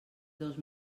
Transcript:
dos